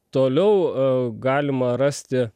toliau a galima rasti